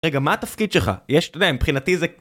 רגע, מה התפקיד שלך? יש מבחינתי איזה...